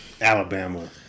Alabama